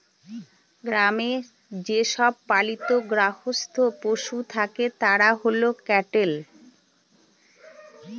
গ্রামে যে সব পালিত গার্হস্থ্য পশু থাকে তারা হল ক্যাটেল